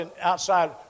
outside